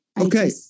Okay